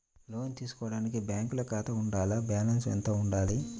లోను తీసుకోవడానికి బ్యాంకులో ఖాతా ఉండాల? బాలన్స్ ఎంత వుండాలి?